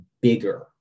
bigger